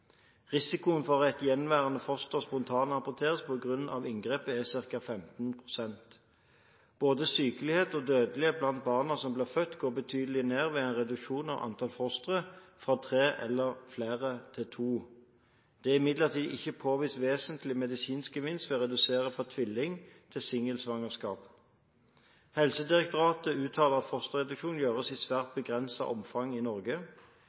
Risikoen for at gjenværende foster spontanaborteres på grunn av inngrepet er ca. 15 pst. Både sykelighet og dødelighet blant barna som blir født, går betydelig ned ved en reduksjon av antall fostre fra tre eller flere til to. Det er imidlertid ikke påvist vesentlig medisinsk gevinst ved å redusere fra tvilling- til singelsvangerskap. Helsedirektoratet uttaler at fosterreduksjon gjøres i svært begrenset omfang i Norge.